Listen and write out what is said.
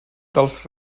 dels